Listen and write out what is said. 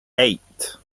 eight